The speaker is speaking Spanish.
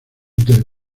del